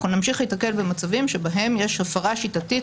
אנחנו נמשיך להיתקל במצבים שבהם יש הפרה שיטתית